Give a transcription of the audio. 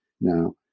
now